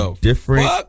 different